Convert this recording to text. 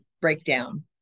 breakdown